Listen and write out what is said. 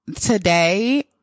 today